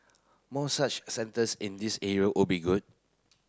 more such centres in these area would be good